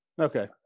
Okay